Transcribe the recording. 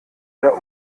der